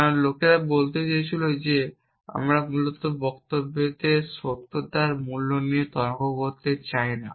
কারণ লোকেরা বলতে চেয়েছিল যে আমরা মূলত বক্তব্যের সত্যতার মূল্য নিয়ে তর্ক করতে চাই না